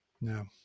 No